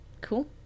Cool